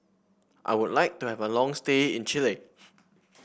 I would like to have a long stay in Chile